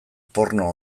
porno